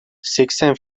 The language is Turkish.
seksen